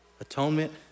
atonement